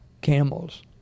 camels